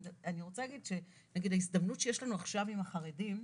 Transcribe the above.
אני רוצה להגיד שנגיד ההזדמנות שיש לנו עכשיו עם החרדים,